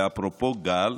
ואפרופו גל,